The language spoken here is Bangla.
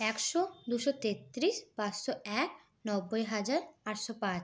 একশো দুশো তেত্রিশ পাঁচশো এক নব্বই হাজার আটশো পাঁচ